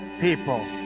people